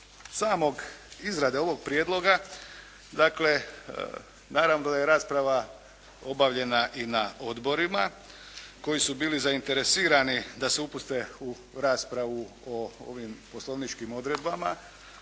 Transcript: same izrade ovog prijedloga dakle naravno da je rasprava obavljena i na odborima koji su bili zainteresirani da se upuste u raspravu o ovim poslovničkim odredbama